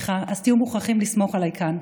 אז תהיו מוכרחים לסמוך עליי כאן.